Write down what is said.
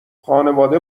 خانواده